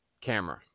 camera